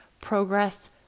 progress